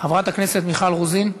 חברת הכנסת מיכל רוזין,